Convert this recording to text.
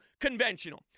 conventional